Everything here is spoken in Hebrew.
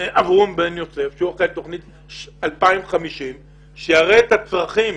אברום בן יוסף שהוא אחראי על תוכנית 2050. שיראה את הצרכים,